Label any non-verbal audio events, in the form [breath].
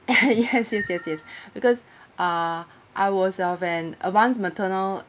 [laughs] yes yes yes yes [breath] because uh I was uh when advanced maternal